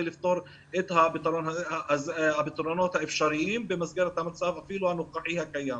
לפתור את הפתרונות האפשריים במסגרת המצב אפילו הנוכחי הקיים.